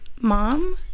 mom